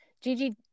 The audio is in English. Gigi